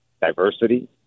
diversity